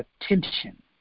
attention